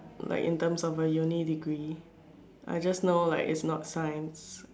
like in terms of a uni degree I just know like is not science